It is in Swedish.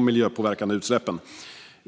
miljöpåverkande utsläppen.